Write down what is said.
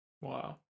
Wow